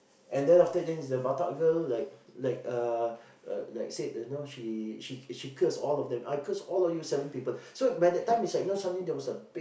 and then after thing the batak girl like like uh like said you know she she cursed all of them I cursed all of you seven people so by the time then suddenly there was a big